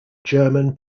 german